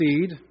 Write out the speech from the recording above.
seed